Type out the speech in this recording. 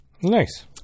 Nice